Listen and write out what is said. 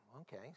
okay